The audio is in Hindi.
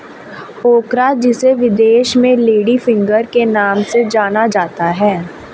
ओकरा जिसे विदेश में लेडी फिंगर के नाम से जाना जाता है